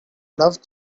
love